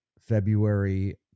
February